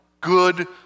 good